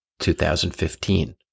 2015